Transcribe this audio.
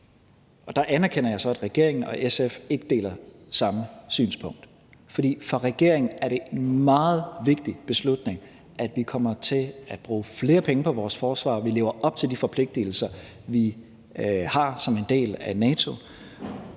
Der anerkender jeg så, at regeringen og SF ikke deler samme synspunkt. For det er en meget vigtig beslutning for regeringen, at vi kommer til at bruge flere penge på vores forsvar, og at vi lever op til de forpligtelser, vi har som en del af NATO,